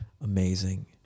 amazing